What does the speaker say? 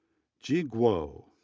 jie guo,